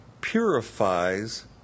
purifies